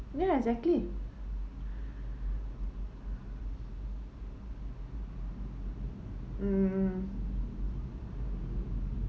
ya exactly mm